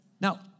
Now